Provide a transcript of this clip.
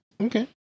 Okay